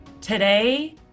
Today